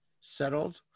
settled